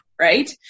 Right